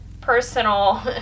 personal